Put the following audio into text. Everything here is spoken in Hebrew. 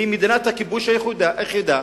היא מדינת הכיבוש היחידה,